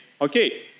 okay